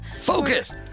Focus